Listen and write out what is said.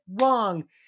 wrong